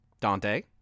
Dante